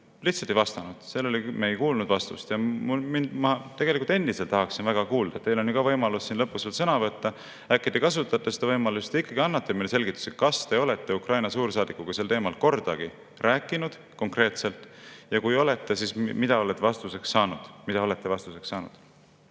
Lihtsalt ei vastanud. Me ei kuulnud vastust. Ma tegelikult endiselt tahaksin seda väga kuulda. Teil on võimalus siin lõpus veel sõna võtta, äkki te kasutate seda võimalust ja ikkagi annate meile selgituse, kas te olete Ukraina suursaadikuga sel teemal kordagi rääkinud konkreetselt ja kui olete, siis mida te olete vastuseks saanud. Mida te olete vastuseks saanud?